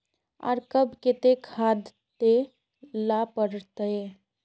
आर कब केते खाद दे ला पड़तऐ?